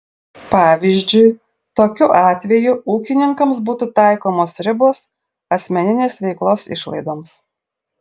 pavyzdžiui tokiu atveju ūkininkams būtų taikomos ribos asmeninės veiklos išlaidoms